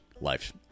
life